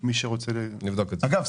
אגב,